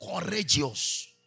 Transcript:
Courageous